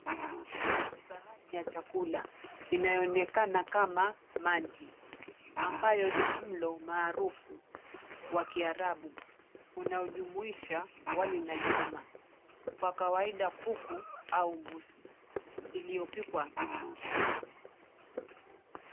Sahani ya chakula inaonekana kama manti ambayo ni mlo maarufu wa kiarabu, inayojumuisha wali na nyama kwa kawaida kuku au mbuzi iliyopikwa.